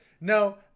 no